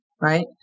Right